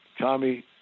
Tommy